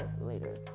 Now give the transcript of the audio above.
later